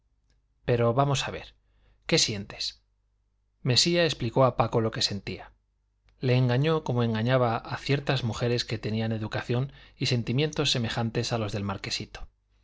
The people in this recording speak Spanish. pero vamos a ver qué sientes mesía explicó a paco lo que sentía le engañó como engañaba a ciertas mujeres que tenían educación y sentimientos semejantes a los del marquesito